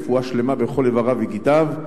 רפואה שלמה בכל איבריו וגידיו.